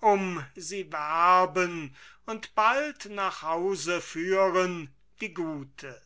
um sie werben und bald nach hause führen die gute